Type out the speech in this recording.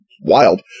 wild